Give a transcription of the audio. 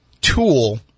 tool